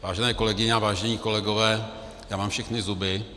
Vážené kolegyně a vážení kolegové, já mám všechny zuby.